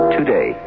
Today